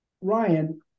Ryan